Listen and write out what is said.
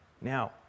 Now